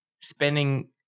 spending